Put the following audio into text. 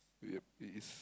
yup it is